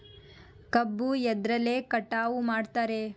ಕಬ್ಬು ಎದ್ರಲೆ ಕಟಾವು ಮಾಡ್ತಾರ್?